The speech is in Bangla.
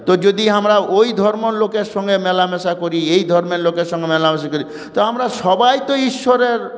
তো যদি আমরা ওই ধর্মর লোকের সঙ্গে মেলামেশা করি এই ধর্মের লোকের সঙ্গে মেলামেশা করি তা আমরা সবাই তো ঈশ্বরের